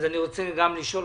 וגם אני רוצה לשאול.